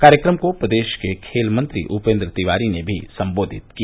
कार्यक्रम को प्रदेश के खेल मंत्री उपेन्द्र तिवारी ने भी सम्बोधित किया